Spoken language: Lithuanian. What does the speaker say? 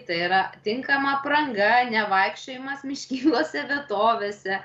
tai yra tinkama apranga nevaikščiojimas miškingose vietovėse